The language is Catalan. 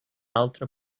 altra